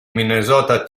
minnesota